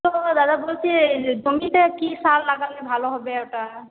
তো দাদা বলছি জমিতে কি সার লাগালে ভালো হবে ওটা